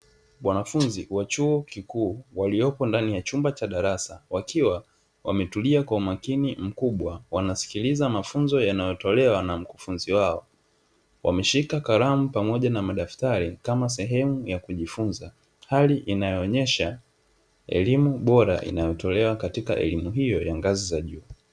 Wanafunzi wa chuo kikuu waliopo ndani ya chumba cha darasa wakiwa wametulia kwa umakini mkubwa, wanasikiliza mafunzo yanayotolewa na mkufunzi wao wameshika kalamu pamoja na madaftari kama sehemu ya kujifunza, hali inayoonyesha elimu bora inayotolewa katika elimu hiyo ya ngazi za juu.